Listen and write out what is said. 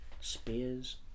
spears